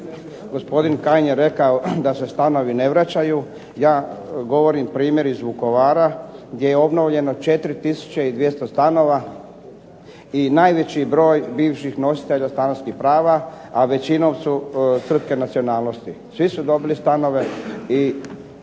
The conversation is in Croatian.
Gosopdin Kajin je rekao da se stanovi ne vraćaju. Ja govorim primjer iz Vukovara gdje je obnovljeno 4 tisuće i 200 stanova i najveći broj bivših nositelja stanskih prava a većinom su srpske nacionalnosti. Svi su dobili stanove i